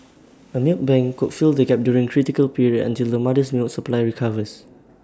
A milk bank could fill the gap during the critical period until the mother's milk supply recovers